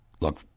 Look